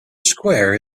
square